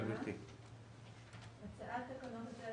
בתוקף סמכותי לפי סעיף 13